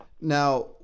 Now